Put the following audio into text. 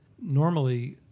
Normally